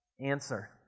answer